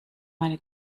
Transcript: meine